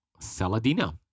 Saladino